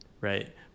right